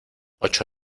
ocho